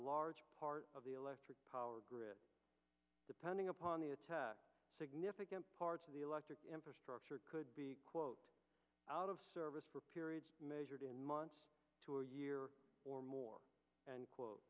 large part of the electric power grid depending upon the attack significant parts of the electric infrastructure could be quote out of service for periods measured in months to a year or more and